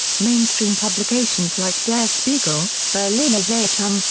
mainstream publications like der spiegel, berliner zeitung,